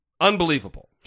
unbelievable